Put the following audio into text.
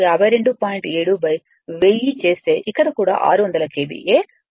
7 1000 చేస్తే ఇక్కడ కూడా 600 KVA పొందుతాము